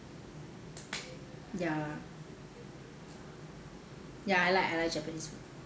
ya ya I like I like japanese food